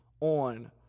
on